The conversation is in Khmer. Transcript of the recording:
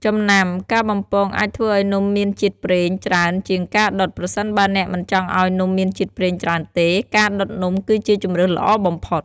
ចំណាំ ការបំពងអាចធ្វើឱ្យនំមានជាតិប្រេងច្រើនជាងការដុត ប្រសិនបើអ្នកមិនចង់ឱ្យនំមានជាតិប្រេងច្រើនទេ ការដុតនំគឺជាជម្រើសល្អបំផុត។